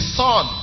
son